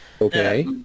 okay